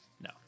No